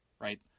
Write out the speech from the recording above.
right